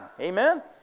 amen